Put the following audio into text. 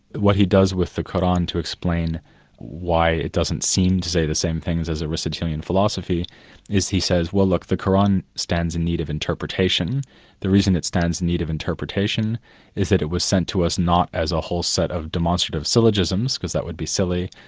what he does with the koran to explain why it doesn't seem to say the same things as the aristotelian philosophy is, he says, well, look, the koran stands in need of interpretation the reason it stands in need of interpretation is that it was sent to us not as a whole set of demonstrative syllogisms, because that would be silly,